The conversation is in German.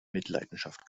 mitleidenschaft